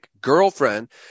girlfriend